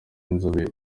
inzobere